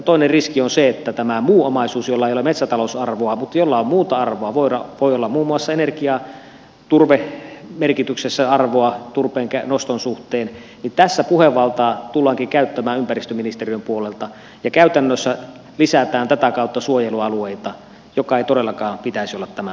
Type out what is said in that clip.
toinen riski on se että tässä muussa omaisuudessa jolla ei ole metsätalousarvoa mutta jolla on muuta arvoa voi olla muun muassa energia turvemerkityksessä arvoa turpeennoston suhteen puhevaltaa tullaankin käyttämään ympäristöministeriön puolelta ja käytännössä lisätään tätä kautta suojelualueita minkä ei todellakaan pitäisi olla tämän tarkoitus